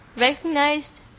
recognized